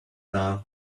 now